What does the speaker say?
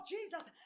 Jesus